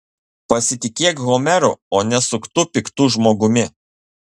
pasitikėk homeru o ne suktu piktu žmogumi